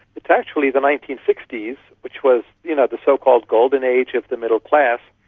it's actually the nineteen sixty s which was, you know, the so-called golden age of the middle class.